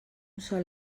sol